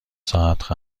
ساعت